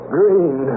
Green